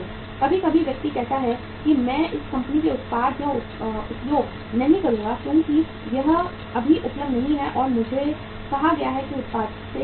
कभी कभी व्यक्ति कहता है कि मैं इस कंपनी के उत्पाद का उपयोग नहीं करूंगा क्योंकि यह अभी उपलब्ध नहीं है और मुझे कहा गया है कि उत्पाद से वंचित है